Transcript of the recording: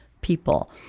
people